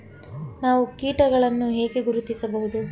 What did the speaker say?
ನಾವು ಕೀಟಗಳನ್ನು ಹೇಗೆ ಗುರುತಿಸಬಹುದು?